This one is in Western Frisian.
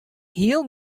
hiel